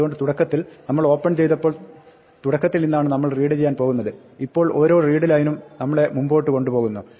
അതുകൊണ്ട് തുടക്കത്തിൽ നമ്മൾ ഓപ്പൺ ചെയ്തപ്പോൾ തുടക്കത്തിൽ നിന്നാണ് നമ്മൾ റീഡ് ചെയ്യാൻ പോകുന്നത് ഇപ്പോൾ ഓരോ readline ഉം നമ്മളെ മുമ്പോട്ട് കൊണ്ട് പോകുന്നു